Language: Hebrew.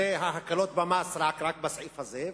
אלה ההקלות במס רק בסעיף הזה,